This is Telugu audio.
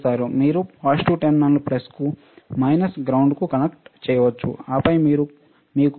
మీరు పాజిటివ్ టెర్మినల్ను ప్లస్ కు మైనస్ గ్రౌండ్కు కనెక్ట్ చేయవచ్చు ఆపై మీకు వరుసలు మరియు నిలువు వరుసలు ఉంటాయి